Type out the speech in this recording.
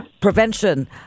Prevention